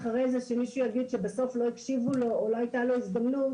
אחרי כן מישהו יאמר שבסוף לא הקשיבו לו או לא הייתה לו הזדמנות,